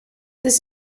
this